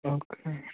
okay